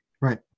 Right